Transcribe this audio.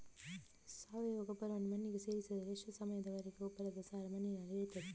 ಸಾವಯವ ಗೊಬ್ಬರವನ್ನು ಮಣ್ಣಿಗೆ ಸೇರಿಸಿದರೆ ಎಷ್ಟು ಸಮಯದ ವರೆಗೆ ಗೊಬ್ಬರದ ಸಾರ ಮಣ್ಣಿನಲ್ಲಿ ಇರುತ್ತದೆ?